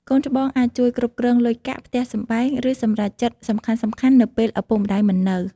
កូនច្បងអាចជួយគ្រប់គ្រងលុយកាក់ ផ្ទះសម្បែង ឬសម្រេចចិត្តសំខាន់ៗ នៅពេលឪពុកម្តាយមិននៅ។